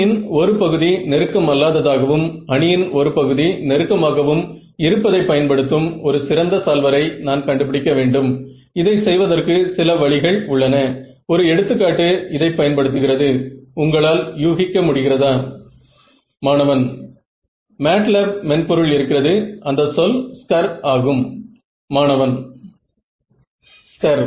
உங்களுக்கு இந்த பாராமீட்டர்கள் கொடுக்கப்பட்டால் உங்களுக்கு CEM இன் முடிவுகள் கொடுக்கப்பட்டால் இதைப் பார்த்து என்ன சொல்வீர்கள்